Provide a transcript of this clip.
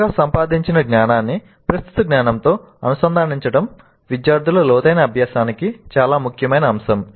కొత్తగా సంపాదించిన జ్ఞానాన్ని ప్రస్తుత జ్ఞానంతో అనుసంధానించడం విద్యార్థుల లోతైన అభ్యాసానికి చాలా ముఖ్యమైన అంశం